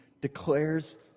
declares